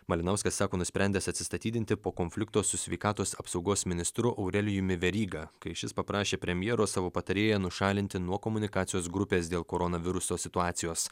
malinauskas sako nusprendęs atsistatydinti po konflikto su sveikatos apsaugos ministru aurelijumi veryga kai šis paprašė premjero savo patarėją nušalinti nuo komunikacijos grupės dėl koronaviruso situacijos